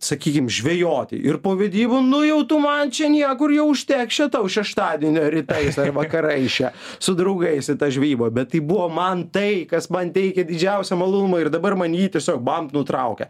sakykim žvejoti ir po vedybų nu jau tu man čia niekur jau užteks čia tau šeštadienio rytais vakarais čia su draugais į tą žvejybą bet tai buvo man tai kas man teikė didžiausią malonumą ir dabar man jį tiesiog bamt nutraukia